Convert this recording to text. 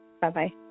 Bye-bye